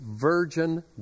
virgin